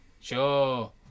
Sure